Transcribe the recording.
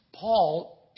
Paul